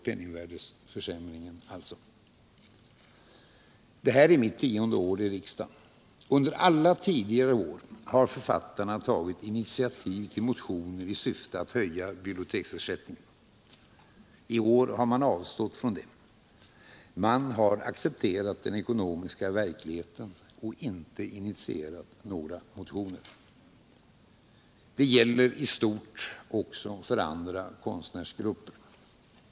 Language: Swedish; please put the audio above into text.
Under alla dessa tio år har författarna tagit initiativ till motioner i syfte att höja biblioteksersättningen. I år har man avstått från det. Man har accepterat den ekonomiska verkligheten och inte initierat några motioner. Det gäller i stort också för andra konstnärsgrupper.